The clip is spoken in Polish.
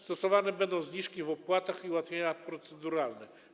Stosowane będą zniżki w opłatach i ułatwienia proceduralne.